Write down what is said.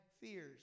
fears